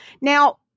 Now